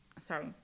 sorry